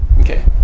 Okay